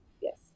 Yes